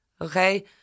Okay